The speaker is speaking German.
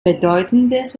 bedeutendes